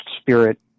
spirit